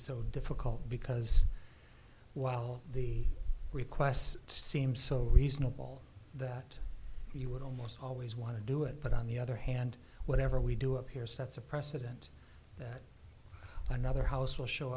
so difficult because while the requests seem so reasonable that you would almost always want to do it but on the other hand whatever we do up here sets a precedent that another house will show